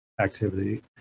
activity